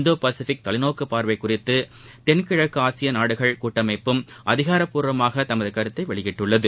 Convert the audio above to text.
இந்தோ Pacific தொலைநோக்கு பார்வை குறித்து தெள்கிழக்காசிய ஆசிய நாடுகள் கூட்டமைப்பும் அதிகாரப்பூர்வமாக தனது கருத்தை வெளியிட்டுள்ளது